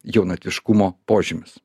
jaunatviškumo požymis